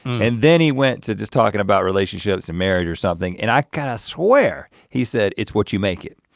and then he went to just talking about relationships and marriage or something, and i kind of swear he said, it's what you make it.